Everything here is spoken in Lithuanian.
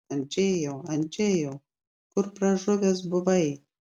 andžejau andžejau kur pražuvęs buvai